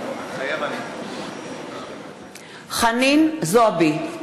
מתחייב אני חנין זועבי,